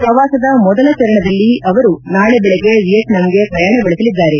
ಪ್ರವಾಸದ ಮೊದಲ ಚರಣದಲ್ಲಿ ಅವರು ನಾಳೆ ಬೆಳಗ್ಗೆ ವಿಯೆಟ್ನಾಂಗೆ ಪ್ರಯಾಣ ಬೆಳೆಸಲಿದ್ದಾರೆ